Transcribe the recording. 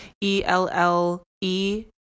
e-l-l-e